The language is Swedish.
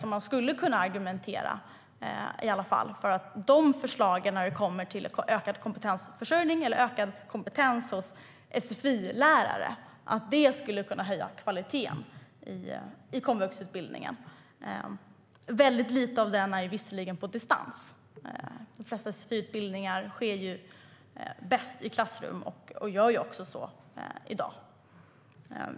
Regeringen skulle kunna argumentera för att förslagen om ökad kompetens hos sfi-lärare skulle kunna höja kvaliteten i komvuxutbildningen. Visserligen är väldigt lite av denna på distans. Sfi-utbildningar hålls bäst i klassrum, vilket också görs till största delen i dag.